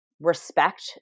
respect